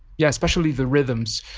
yeah, especially the rhythms,